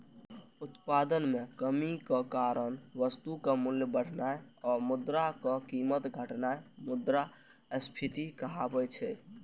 उत्पादन मे कमीक कारण वस्तुक मूल्य बढ़नाय आ मुद्राक कीमत घटनाय मुद्रास्फीति कहाबै छै